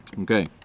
Okay